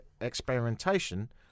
experimentation